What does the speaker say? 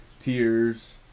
tears